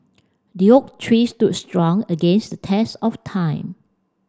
the oak tree stood strong against the test of time